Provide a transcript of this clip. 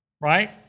Right